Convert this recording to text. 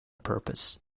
purpose